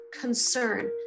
concern